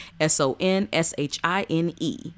S-O-N-S-H-I-N-E